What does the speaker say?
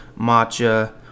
matcha